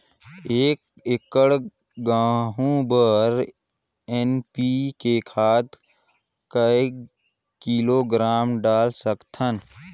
एक एकड़ गहूं बर एन.पी.के खाद काय किलोग्राम डाल सकथन?